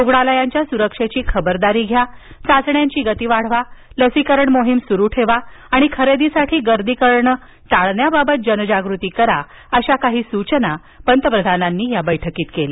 रुग्णालयांच्या सुरक्षेची खबरदारी घ्या चाचण्यांची गती वाढवा लसीकरण मोहीम सुरू ठेवा आणिखरेदीसाठी गर्दी करण टाळण्याबाबत जनजागृती करा अशा काही सूचना पंतप्रधानांनी याबैठकीत केल्या